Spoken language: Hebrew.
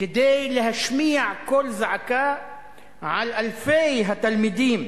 כדי להשמיע קול זעקה על אלפי התלמידים